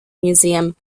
museum